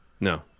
No